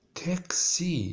taxi